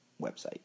website